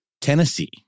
Tennessee